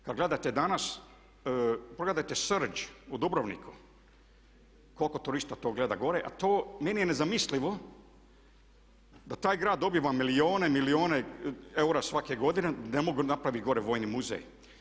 Kad gledate danas pogledajte Srđ u Dubrovniku koliko turista to gleda gore, a to meni je nezamislivo da taj grad dobiva milijune i milijune eura svake godine da ne mogu napraviti gore vojni muzej.